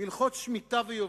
הלכות שמיטה ויובלות,